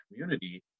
community